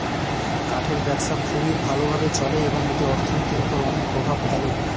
কাঠের ব্যবসা খুবই ভালো ভাবে চলে এবং এটি অর্থনীতির উপর অনেক প্রভাব ফেলে